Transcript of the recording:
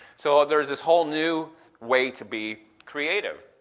so there's this whole new way to be creative.